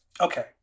Okay